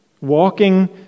walking